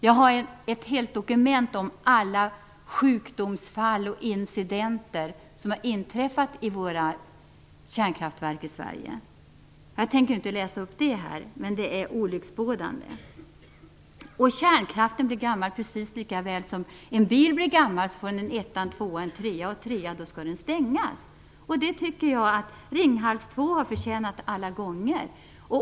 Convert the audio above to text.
Jag har ett helt dokument om alla sjukdomsfall och incidenter som har inträffat vid våra kärnkraftverk i Sverige. Jag tänker inte läsa upp innehållet i dokumentet, men jag tycker att det är olycksbådande. Kärnkraften åldras likväl som en bil blir gammal. Den får en etta, tvåa eller trea. Får den en trea, skall den stoppas. Det tycker jag att Ringhals 2 har förtjänat alla gånger.